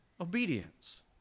obedience